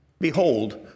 Behold